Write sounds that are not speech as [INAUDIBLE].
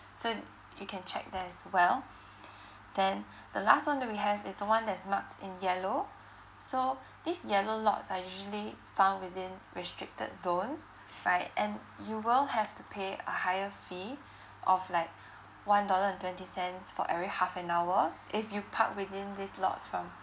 so you can check that as well [BREATH] then the last one that we have is the one that's marked in yellow so these yellow lots are usually found within restricted zones right and you will have to pay a higher fee of like one dollar and twenty cents for every half an hour if you park within these lots from